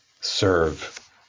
serve